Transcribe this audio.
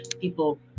people